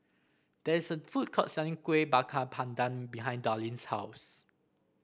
there is a food court selling Kueh Bakar Pandan behind Darlyne's house